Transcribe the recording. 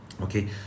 okay